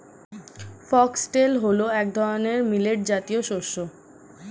foxtail হল এক ধরনের মিলেট জাতীয় শস্য